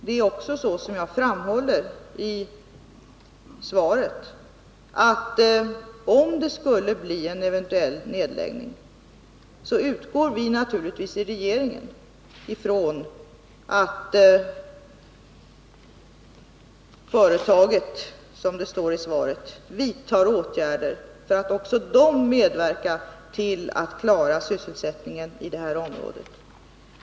Det är också så som jag framhåller i svaret, att om det skulle bli en eventuell nedläggning, utgår vi i regeringen naturligtvis från att företaget — som det står i svaret — vidtar åtgärder för att också medverka till att klara sysselsättningen i området.